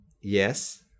yes